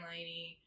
Lady